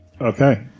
Okay